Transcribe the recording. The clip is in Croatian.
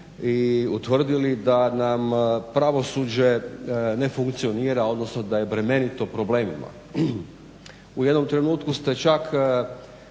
i utvrdili da nam pravosuđe ne funkcionira odnosno da je bremenito u problemima. U jednom trenutku ste čak